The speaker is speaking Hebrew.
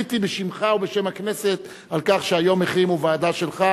מחיתי בשמך ובשם הכנסת על כך שהיום החרימו ועדה שלך